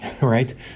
Right